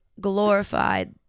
glorified